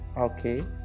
Okay